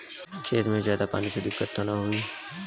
खेत में ज्यादा पानी से दिक्कत त नाही होई?